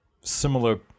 similar